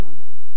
Amen